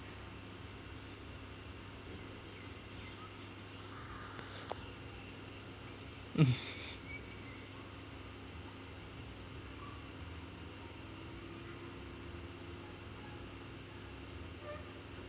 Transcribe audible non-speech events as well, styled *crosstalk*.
*laughs*